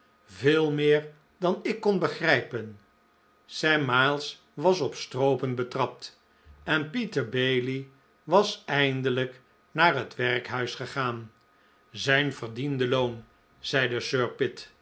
veel meer dan ik kon begrijpen sam miles was op stroopen betrapt en peter bailey was eindelijk naar het werkhuis gegaan zijn verdiende loon zeide sir